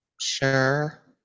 sure